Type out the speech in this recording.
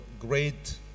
great